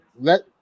let